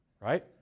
right